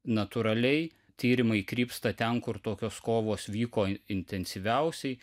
natūraliai tyrimai krypsta ten kur tokios kovos vyko intensyviausiai